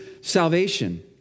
salvation